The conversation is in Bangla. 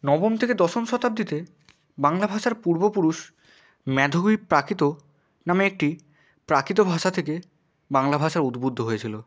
নবম থেকে দশম শতাব্দীতে বাংলা ভাষার পূর্বপুরুষ মাগধী প্রাকৃত নামে একটি প্রাকৃত ভাষা থেকে বাংলা ভাষার উদ্বুদ্ধ হয়েছিল